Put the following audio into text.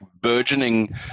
burgeoning